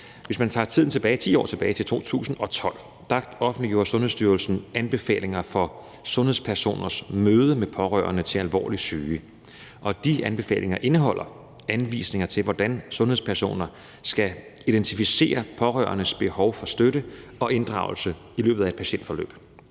Hvis man går 10 år tilbage i tiden til 2012, offentliggjorde Sundhedsstyrelsen »Anbefalinger til sundhedspersoners møde med pårørende til alvorligt syge«, og de anbefalinger indeholder anvisninger til, hvordan sundhedspersoner skal identificere pårørendes behov for støtte og inddragelse i løbet af et patientforløb,